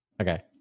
okay